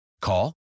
Call